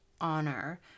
honor